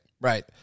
right